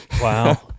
Wow